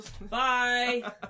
Bye